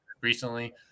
recently